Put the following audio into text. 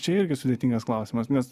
čia irgi sudėtingas klausimas nes